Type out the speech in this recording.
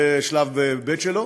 בשלב ב' שלו,